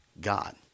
God